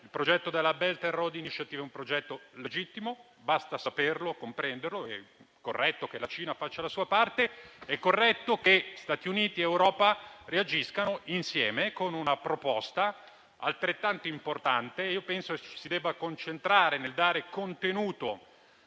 Il progetto della Belt and road initiative è legittimo, basta saperlo e comprenderlo. È corretto che la Cina faccia la sua parte. È corretto che Stati Uniti ed Europa reagiscano insieme, con una proposta altrettanto importante e personalmente ritengo che ci si debba concentrare nel dare contenuto